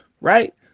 right